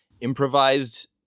improvised